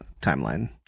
timeline